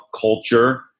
culture